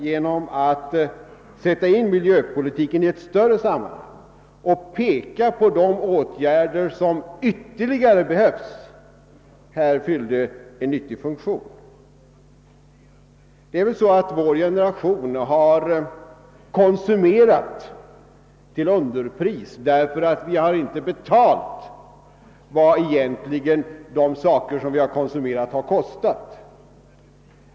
Genom att sätta in miljöpolitiken i ett större sammanhang och peka på de åtgärder som ytterligare behövs fyllde fru Anér en nyttig funktion. Vår generation har konsumerat till underpris därför att vi egentligen inte har betalat vad de saker som vi konsumerat har kostat.